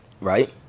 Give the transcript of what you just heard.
Right